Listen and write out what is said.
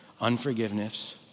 unforgiveness